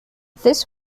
this